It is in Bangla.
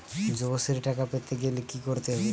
যুবশ্রীর টাকা পেতে গেলে কি করতে হবে?